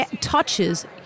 touches